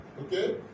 Okay